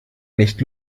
nicht